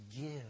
give